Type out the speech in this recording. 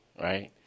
right